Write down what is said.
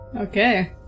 Okay